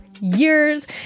years